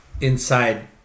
inside